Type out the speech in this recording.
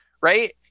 right